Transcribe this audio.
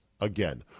again